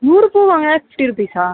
நூறு பூ வாங்கினா ஃபிஃப்ட்டி ருப்பீஸா